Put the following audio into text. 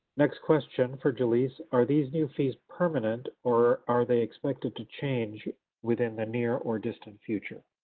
next question for jalyce. are these new fees permanent or are they expected to change within the near or distant future?